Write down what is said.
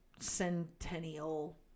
centennial